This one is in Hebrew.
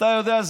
אתה יודע,